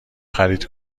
خرید